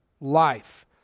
life